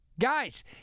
Guys